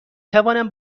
توانم